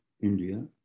India